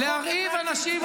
להרעיב אנשים,